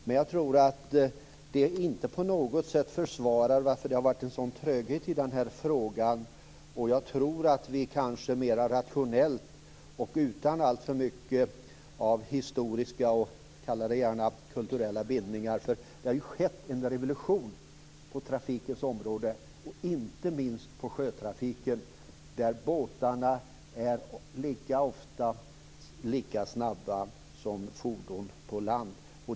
Detta försvarar dock inte på något sätt den tröghet som funnits i den här frågan. Jag tror att vi kanske nu kan hantera detta mera rationellt och utan alltför mycket av historiska och kalla det gärna kulturella bindningar. Det har ju skett en revolution på trafikens område. Inte minst gäller det sjötrafiken, där båtarna nu ofta är lika snabba som fordon på land.